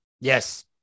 Yes